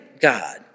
God